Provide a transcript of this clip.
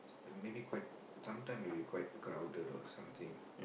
uh maybe quite sometime maybe quite crowded or something